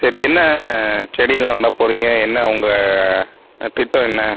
சரி என்ன செடியெலாம் நடப் போகிறீங்க என்ன உங்கள் திட்டம் என்ன